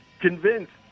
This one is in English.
convinced